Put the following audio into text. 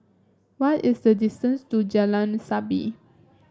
what is the distance to Jalan Sabit